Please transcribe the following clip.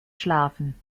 schlafen